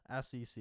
SEC